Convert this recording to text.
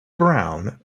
brown